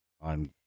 on